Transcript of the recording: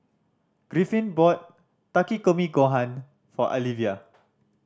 Griffin bought Takikomi Gohan for Alivia